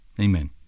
Amen